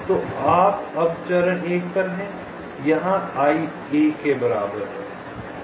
तो आप अब चरण 1 पर हैं i यहां 1 के बराबर है